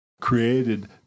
created